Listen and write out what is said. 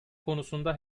konusunda